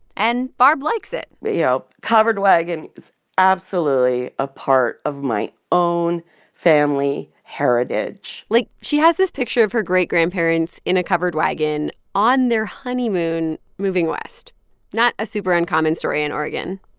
and barb likes it you know, covered wagon is absolutely a part of my own family heritage like, she has this picture of her great-grandparents in a covered wagon on their honeymoon moving west not a super uncommon story in oregon.